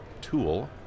tool